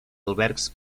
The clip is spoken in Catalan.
albergs